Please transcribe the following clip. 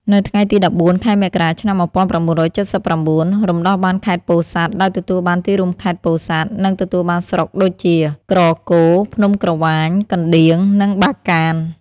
នៅថ្ងៃទី ១៤ ខែមករា ឆ្នាំ ១៩៧៩ រំដោះបានខេត្តពោធិ៍សាត់ ដោយទទួលបានទីរួមខេត្ត ពោធិ៍សាត់ និងទទួលបានស្រុកដូចជា ក្រគរ ភ្នំក្រវាញ កណ្តៀង និងបាកាន។